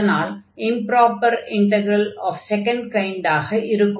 அதனால் improper integral of second கைண்டாக இருக்கும்